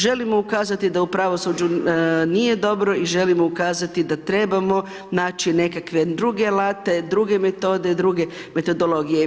Želimo ukazati da u pravosuđu nije dobro i želimo ukazati da trebamo naći nekakve druge alate, druge metode, druge metodologije.